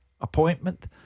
appointment